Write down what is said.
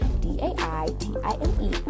d-a-i-t-i-m-e